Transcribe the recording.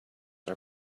are